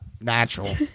natural